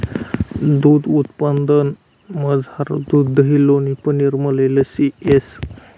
दूध उत्पादनमझार दूध दही लोणी पनीर मलई लस्सी येस